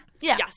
Yes